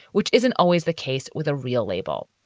which isn't always the case with a real label.